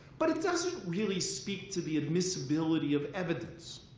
but it doesn't really speak to the admissibility of evidence.